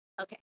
Okay